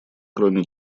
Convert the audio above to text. кроме